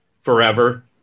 forever